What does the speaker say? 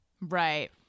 right